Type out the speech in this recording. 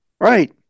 Right